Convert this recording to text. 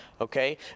Okay